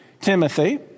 Timothy